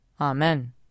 Amen